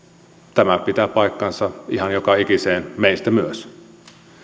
tämä pitää paikkansa ihan joka ikiseen meistä myös